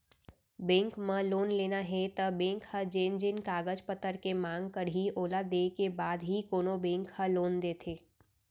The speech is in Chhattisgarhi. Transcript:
बेंक म लोन लेना हे त बेंक ह जेन जेन कागज पतर के मांग करही ओला देय के बाद ही कोनो बेंक ह लोन देथे